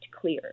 clear